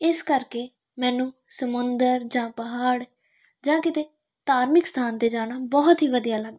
ਇਸ ਕਰਕੇ ਮੈਨੂੰ ਸਮੁੰਦਰ ਜਾਂ ਪਹਾੜ ਜਾਂ ਕਿਤੇ ਧਾਰਮਿਕ ਸਥਾਨ 'ਤੇ ਜਾਣਾ ਬਹੁਤ ਹੀ ਵਧੀਆ ਲੱਗਦਾ